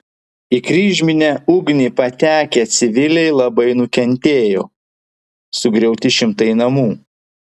į kryžminę ugnį patekę civiliai labai nukentėjo sugriauti šimtai namų